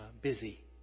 busy